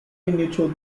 neutral